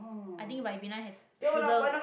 i think ribena has sugar